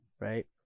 right